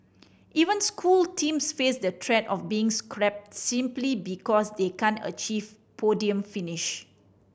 even school teams face the threat of being scrapped simply because they can't achieve podium finish